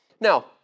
Now